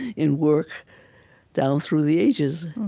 in work down through the ages.